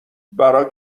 برا